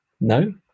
No